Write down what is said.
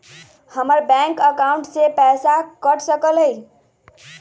हमर bank account से पैसा कट सकलइ ह?